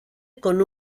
con